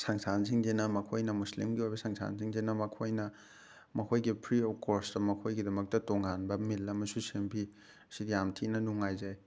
ꯁꯪꯁꯊꯥꯟꯁꯤꯡꯁꯤꯅ ꯃꯈꯣꯏꯅ ꯃꯨꯁꯂꯤꯝꯒꯤ ꯑꯣꯏꯕ ꯁꯪꯁꯊꯥꯟꯁꯤꯡꯁꯤꯅ ꯃꯈꯣꯏꯅ ꯃꯈꯣꯏꯒꯤ ꯐ꯭ꯔꯤ ꯑꯣꯐ ꯀꯣꯁꯇ ꯃꯈꯣꯏꯒꯤꯗꯃꯛꯇ ꯇꯣꯉꯥꯟꯕ ꯃꯤꯜ ꯑꯃꯁꯨ ꯁꯦꯝꯕꯤ ꯁꯤ ꯌꯥꯝ ꯊꯤꯅ ꯅꯨꯡꯉꯥꯏꯖꯩ